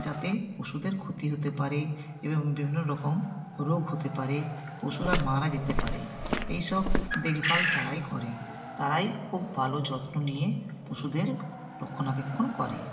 যাতে পশুদের ক্ষতি হতে পারে এবং বিভিন্ন রকম রোগ হতে পারে পশুরা মারা যেতে পারে এই সব দেখভাল তারাই করে তারাই খুব ভালো যত্ন নিয়ে পশুদের রক্ষণাবেক্ষণ করে